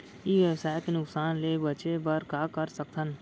ई व्यवसाय के नुक़सान ले बचे बर का कर सकथन?